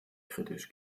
kritisch